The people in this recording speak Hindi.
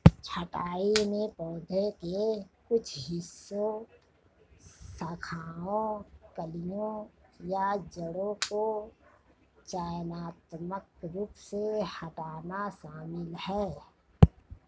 छंटाई में पौधे के कुछ हिस्सों शाखाओं कलियों या जड़ों को चयनात्मक रूप से हटाना शामिल है